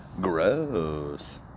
Gross